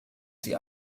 sie